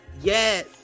Yes